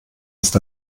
ist